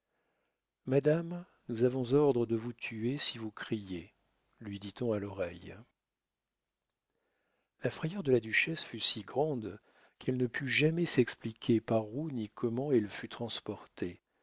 madame nous avons ordre de vous tuer si vous criez lui dit-on à l'oreille la frayeur de la duchesse fut si grande qu'elle ne put jamais s'expliquer par où ni comment elle fut transportée